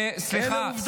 אלה עובדות.